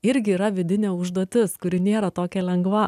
irgi yra vidinė užduotis kuri nėra tokia lengva